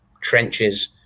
trenches